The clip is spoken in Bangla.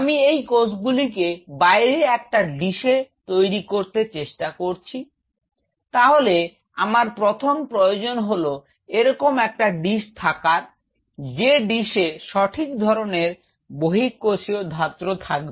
আমি এই কোষগুলিকে বাইরে একটা ডিশে তৈরি করতে চেষ্টা করেছি তাহলে আমার প্রথম প্রয়োজন হল এরকম একটা ডিশ থাকার যে ডিশে সঠিক ধরনের বহিঃকোষীয় ধাত্র থাকবে